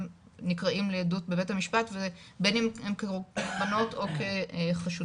נקראים לעדות בבית המשפט ובין אם הם כקורבנות או כחשודים,